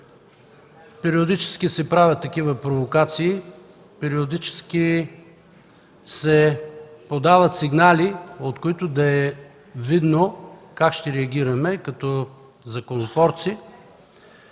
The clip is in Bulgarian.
Периодически се правят такива провокации, периодически се подават сигнали, от които да е видно как ще реагираме като законотворци,